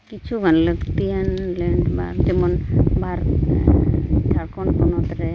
ᱠᱤᱪᱷᱩᱜᱟᱱ ᱞᱟᱠᱛᱤᱭᱟᱱ ᱡᱮᱢᱚᱱ ᱵᱷᱟᱨᱚᱛ ᱡᱷᱟᱲᱠᱷᱚᱱ ᱯᱚᱱᱚᱛᱨᱮ